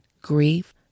grief